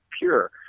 pure